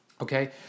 Okay